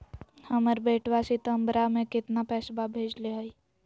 हमर बेटवा सितंबरा में कितना पैसवा भेजले हई?